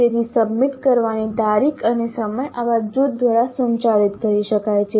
તેથી સબમિટ કરવાની તારીખ અને સમય આવા જૂથ દ્વારા સંચારિત કરી શકાય છે